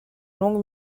longue